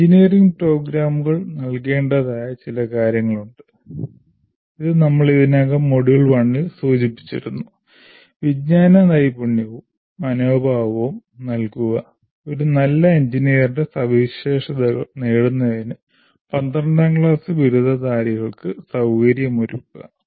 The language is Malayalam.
എഞ്ചിനീയറിംഗ് പ്രോഗ്രാമുകൾ നൽകേണ്ടതായ ചില കാര്യങ്ങൾ ഉണ്ട് ഇത് നമ്മൾ ഇതിനകം മൊഡ്യൂൾ 1 ൽ സൂചിപ്പിച്ചിരിന്നു വിജ്ഞാന നൈപുണ്യവും മനോഭാവവും നൽകുക ഒരു നല്ല എഞ്ചിനീയറുടെ സവിശേഷതകൾ നേടുന്നതിന് പന്ത്രണ്ടാം ക്ലാസ് ബിരുദധാരികൾക്ക് സൌകര്യമൊരുക്കുക